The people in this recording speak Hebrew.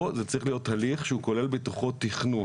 פה זה צריך להיות הליך שהוא כולל בתוכו תכנון.